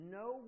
no